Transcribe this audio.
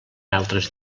altres